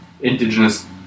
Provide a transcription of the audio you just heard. indigenous